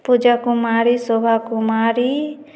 Puja Kumari Shobha Kumari